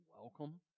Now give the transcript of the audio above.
welcome